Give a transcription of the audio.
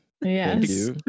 Yes